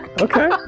Okay